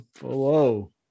whoa